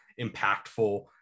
impactful